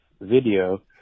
video